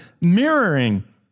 Mirroring